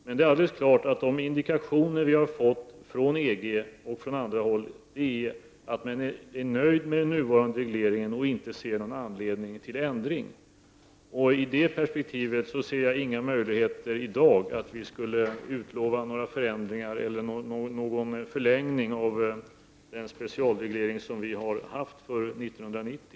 Men det är alldeles klart att de indikationer vi har fått från EG och andra håll innebär att man är nöjd med nuvarande reglering och inte finner anledning till någon ändring. I det perspektivet ser jag inga möjligheter att i dag utlova några förändringar eller någon förlängning av den specialreglering som vi har haft för 1990.